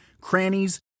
crannies